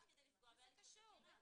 אמרתי: